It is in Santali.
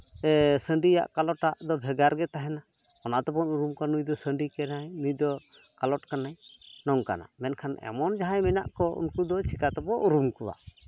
ᱥᱟᱺᱰᱤᱭᱟᱜ ᱠᱟᱞᱚᱴᱟᱜ ᱫᱚ ᱵᱷᱮᱜᱟᱨ ᱜᱮ ᱛᱟᱦᱮᱱᱟ ᱚᱱᱟ ᱛᱮᱵᱚᱱ ᱩᱨᱩᱢ ᱠᱚᱣᱟ ᱱᱩᱭ ᱫᱚ ᱥᱟᱺᱰᱤ ᱠᱟᱱᱟᱭ ᱱᱩᱭ ᱫᱚ ᱠᱟᱞᱚᱴ ᱠᱟᱱᱟᱭ ᱱᱚᱝᱠᱟᱱᱟᱜ ᱢᱮᱱᱠᱷᱟᱱ ᱮᱢᱚᱱ ᱡᱟᱦᱟᱸᱭ ᱢᱮᱱᱟᱜ ᱠᱚ ᱩᱱᱠᱩ ᱫᱚ ᱪᱤᱠᱟ ᱛᱮᱵᱚ ᱩᱨᱩᱢ ᱠᱚᱣᱟ